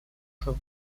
for